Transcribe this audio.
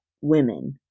women